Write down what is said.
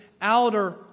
outer